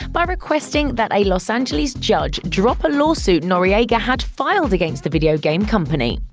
by requesting that a los angeles judge drop a lawsuit noriega had filed against the video game company.